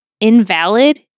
invalid